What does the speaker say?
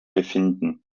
befinden